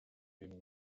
den